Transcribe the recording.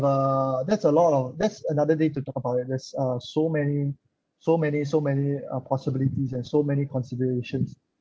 uh that's a lot of that's another day to talk about it there's uh so many so many so many uh possibilities and so many considerations